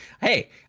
Hey